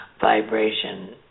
vibration